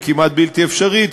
היא כמעט בלתי אפשרית,